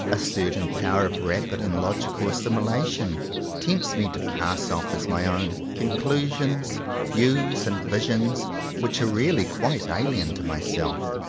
a certain power of rapid and logical assimu lation tempts me to pass off as my own con clusions views and visions which are really quite alien to myself.